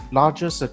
largest